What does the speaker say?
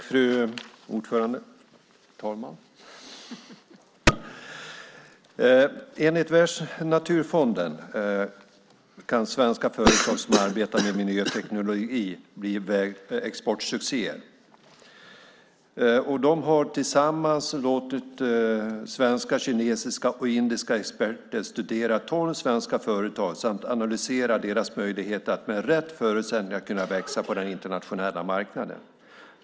Fru talman! Enligt Världsnaturfonden kan svenska företag som arbetar med miljöteknologi bli exportsuccéer. De har tillsammans låtit svenska, kinesiska och indiska experter studera tolv svenska företag samt analysera deras möjligheter att med rätt förutsättningar kunna växa på den internationella marknaden.